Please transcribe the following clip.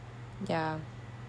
ya